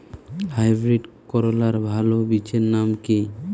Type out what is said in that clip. Hybrid করলার ভালো বীজের নাম কি?